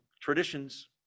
traditions